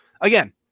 Again